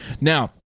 Now